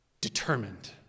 determined